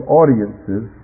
audiences